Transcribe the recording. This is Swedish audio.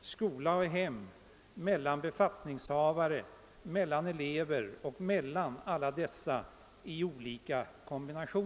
skola och hem, mellan befattningshavare, mellan elever och mellan alla dessa i olika kombinationer.